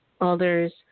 others